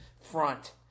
front